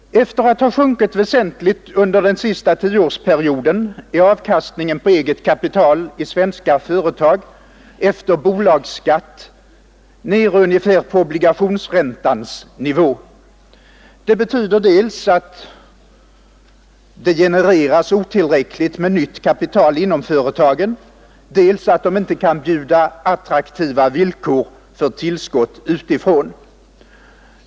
Efter att ha sjunkit väsentligt under den senaste 10-årsperioden är avkastningen på eget kapital i svenska företag efter bolagsskatt nere ungefär på obligationsräntans nivå. Det betyder dels att det genereras otillräckligt med nytt kapital inom företagen, dels att de inte kan bjuda attraktiva villkor för tillskott utifrån.